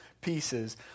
pieces